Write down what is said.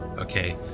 Okay